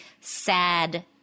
sad